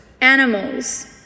animals